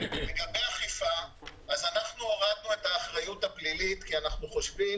לגבי האכיפה הורדנו את האחריות הפלילית כי אנחנו חושבים